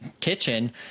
kitchen